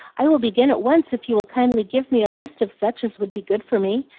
i will begin at once if you will kindly give me a list of such as would be good for me,